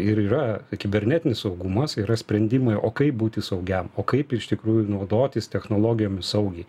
ir yra kibernetinis saugumas yra sprendimai o kaip būti saugiam o kaip iš tikrųjų naudotis technologijomis saugiai